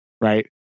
right